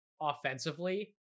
offensively